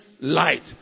light